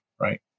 right